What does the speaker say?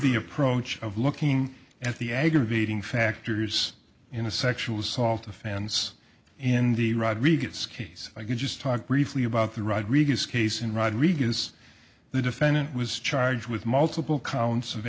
the approach of looking at the aggravating factors in a sexual assault offense in the rodriguez ski's i could just talk briefly about the rodriguez case in rodrigues the defendant was charged with multiple counts of